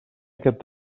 aquest